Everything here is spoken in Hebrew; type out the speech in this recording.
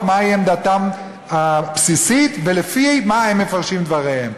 מהי עמדתם הבסיסית ולפי מה הם מפרשים דבריהם,